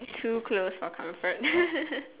too close for comfort